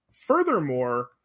Furthermore